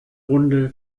runde